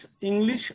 English